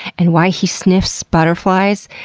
and why he sniffs butterflies,